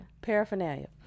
Paraphernalia